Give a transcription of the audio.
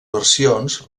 versions